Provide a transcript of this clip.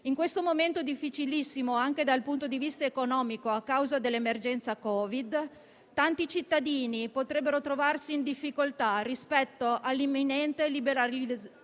Il MoVimento 5 Stelle non permette e non ha mai permesso che si mettessero le mani nelle tasche dei cittadini.